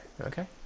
Okay